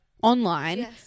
online